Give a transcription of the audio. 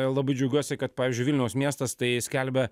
labai džiaugiuosi kad pavyzdžiui vilniaus miestas tai skelbia